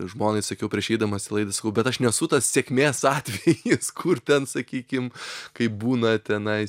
žmonai sakiau prieš eidamas į laidą sakau bet aš nesu tas sėkmės atvejis kur ten sakykim kaip būna tenais